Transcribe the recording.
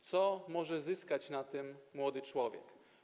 Co może zyskać na tym młody człowiek?